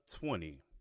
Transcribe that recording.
twenty